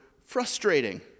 frustrating